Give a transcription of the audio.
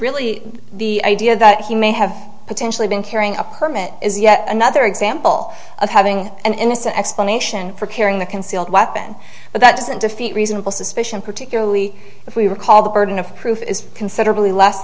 really the idea that he may have potentially been carrying a permit is yet another example of having an innocent explanation for carrying a concealed weapon but that doesn't defeat reasonable suspicion particularly if we recall the burden of proof is considerably less